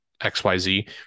XYZ